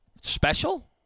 special